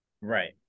right